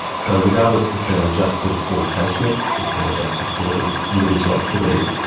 so regardless if they're adjusted for case-mix, if they're adjusted for these individual activities,